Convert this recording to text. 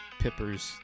Pippers